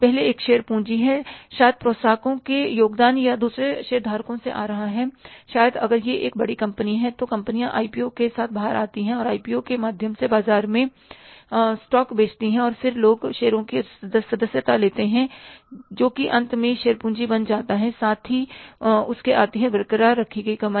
पहले एक शेयर पूंजी है शायद प्रोत्साहको के योगदान या यह दूसरे शेयरधारकों से आ रहा है शायद अगर यह एक बड़ी कंपनी है तो कंपनियां आईपीओ के साथ बाहर आती हैं और आईपीओ के माध्यम से बाजार में स्टॉक बेचती हैं और फिर लोग शेयरों की सदस्यता लेते हैं जोकि अंत में शेयर पूंजी बन जाती है साथ ही उसके आती है बरकरार रखी गई कमाई